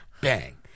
Bang